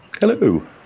Hello